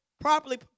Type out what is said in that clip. properly